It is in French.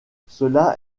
cela